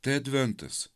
tai adventas